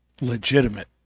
legitimate